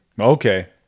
okay